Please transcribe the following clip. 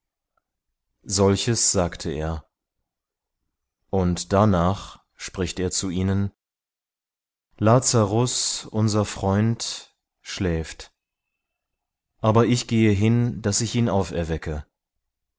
solches sagte er und darnach spricht er zu ihnen lazarus unser freund schläft aber ich gehe hin daß ich ihn auferwecke